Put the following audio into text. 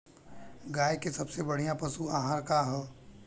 गाय के सबसे बढ़िया पशु आहार का ह?